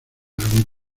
algún